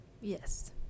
Yes